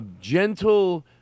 gentle